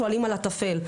שואלים על הטפל,